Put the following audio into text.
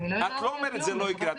את לא אומרת שזה לא יקרה שוב,